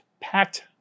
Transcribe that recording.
packed